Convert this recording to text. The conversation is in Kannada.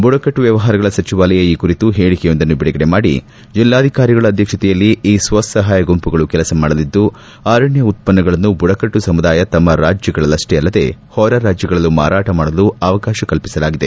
ಬುಡಕಟ್ಟು ಮ್ಯವಹಾರಗಳ ಸಚಿವಾಲಯ ಈ ಕುರಿತು ಹೇಳಿಕೆಯೊಂದನ್ನು ಬಿಡುಗಡೆ ಮಾಡಿ ಜಿಲ್ಲಾಧಿಕಾರಿಗಳ ಅಧ್ಯಕ್ಷತೆಯಲ್ಲಿ ಈ ಸ್ವಸಹಾಯ ಗುಂಪುಗಳು ಕೆಲಸ ಮಾಡಲಿದ್ದು ಅರಣ್ಣ ಉತ್ಪನ್ನಗಳನ್ನು ಬುಡಕಟ್ಟು ಸಮುದಾಯ ತಮ್ಮ ರಾಜ್ಯಗಳಷ್ಟೇ ಅಲ್ಲದೆ ಹೊರ ರಾಜ್ಯಗಳಲ್ಲೂ ಮಾರಾಟ ಮಾಡಲು ಅವಕಾಶ ಕಲ್ಪಿಸಲಾಗಿದೆ